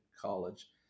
college